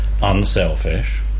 unselfish